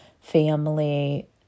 family